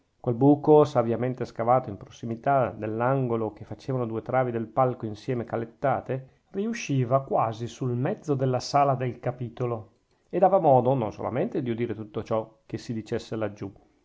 quel buco saviamente scavato in prossimità dell'angolo che facevano due travi del palco insieme calettate riusciva quasi sul mezzo della sala del capitolo e dava modo non solamente di udire tutto ciò che si dicesse laggiù